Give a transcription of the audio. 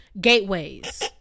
Gateways